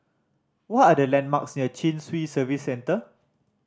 what are the landmarks near Chin Swee Service Centre